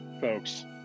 Folks